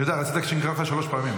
אני יודע, רציתי שאקרא לך שלוש פעמים.